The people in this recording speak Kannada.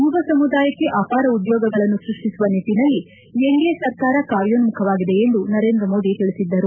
ಯುವ ಸಮುದಾಯಕ್ಕೆ ಅಪಾರ ಉದ್ಯೋಗಗಳನ್ನು ಸ್ಪಷ್ಟಿಸುವ ನಿಟ್ಟನಲ್ಲಿ ಎನ್ಡಿಎ ಸರ್ಕಾರ ಕಾರ್ಯೋನ್ಮಖವಾಗಿದೆ ಎಂದು ನರೇಂದ್ರ ಮೋದಿ ತಿಳಿಸಿದರು